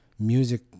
music